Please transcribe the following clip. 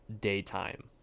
daytime